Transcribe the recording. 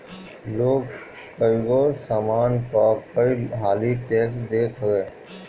लोग कईगो सामान पअ कई हाली टेक्स देत हवे